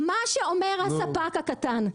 מה שאומר הספק הקטן,